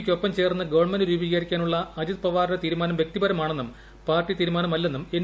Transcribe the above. ക്കൊപ്പം രൂപീകരിക്കാനുള്ള അജിത്പവാറിന്റെ തീരുമാനം വ്യക്തിപരമാണെന്നും പാർട്ടി തീരുമാനമല്ലെന്നും എൻ